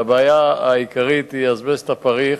הבעיה העיקרית היא האזבסט הפריך,